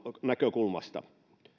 näkökulmasta